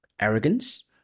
arrogance